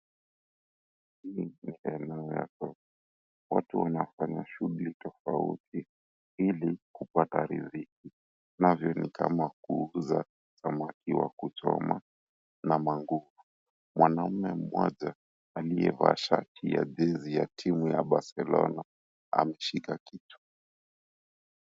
Hii ni eneo ya soko, watu wanafanya shughuli tofauti ili kupata riziki navyo ni kama kuuza samaki wa kuchoma na manguo. Mwanaume mmoja aliyevaa shati la jezi ya timu ya Barcelona ameshika kitu.